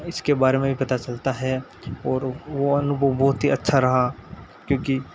इसके बारे में भी पता चलता है और वो अनुभव बहुत ही अच्छा रहा क्योंकि